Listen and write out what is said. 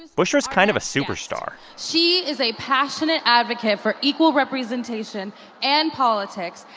bushra's kind of a superstar she is a passionate advocate for equal representation and politics,